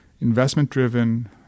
investment-driven